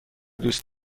دوست